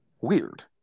Weird